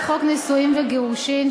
נישואין וגירושין,